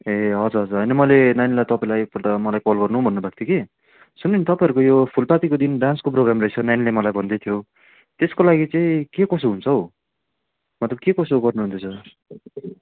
ए हजुर हजुर होइन मैले नानीलाई तपाईँलाई एकपल्ट मलाई कल गर्नु भन्नु भएको थियो कि सुन्नु नि तपाईँहरूको यो फुलपातीको दिन डान्सको प्रोग्राम रहेछ नानीले मलाई भन्दै थियो त्यसको लागि चाहिँ के कसो हुन्छ हौ मतलब के कसो गर्नु हुँदैछ